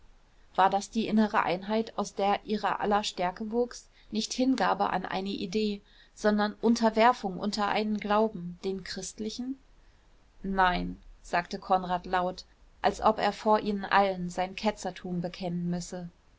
war das die innere einheit aus die ihrer aller stärke wuchs nicht hingabe an eine idee sondern unterwerfung unter einen glauben den christlichen nein sagte konrad laut als ob er vor ihnen allen sein ketzertum bekennen müsse